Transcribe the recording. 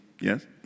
yes